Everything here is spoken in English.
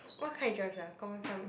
what car he drive sia confirm some